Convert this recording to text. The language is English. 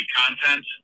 content